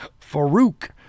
Farouk